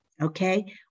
Okay